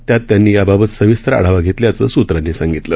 त्यात त्यांनी याबाबत सविस्तर आढावा घेतल्याचं सूत्रांनी सांगितलं